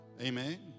Amen